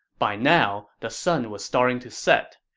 by now, the sun was starting to set.